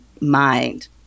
mind